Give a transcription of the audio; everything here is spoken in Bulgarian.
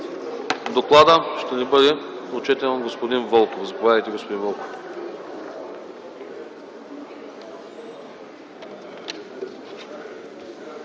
Докладът ще ни бъде прочетен от господин Вълков. Заповядайте, господин Вълков.